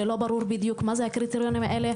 שלא ברור בדיוק מהם הקריטריונים האלה,